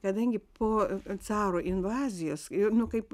kadangi po caro invazijos ir nu kaip